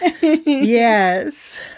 Yes